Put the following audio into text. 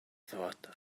thought